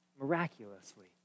miraculously